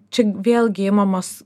čia vėlgi imamas